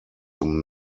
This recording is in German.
zum